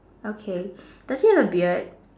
okay does he have a beard